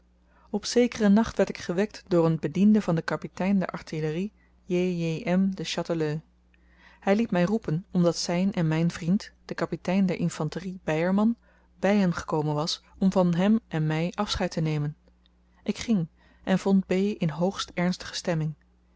op zekeren nacht werd ik gewekt door een bediende van den kapitein der artillerie j j m de chateleux hy liet my roepen omdat zyn en myn vriend de kapitein der infanterie beyerman by hem gekomen was om van hem en my afscheid te nemen ik ging en vond b in hoogst ernstige stemming